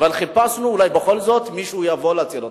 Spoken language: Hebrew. אבל חיפשנו שאולי בכל זאת מישהו יבוא להציל אותנו.